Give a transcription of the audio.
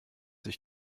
sich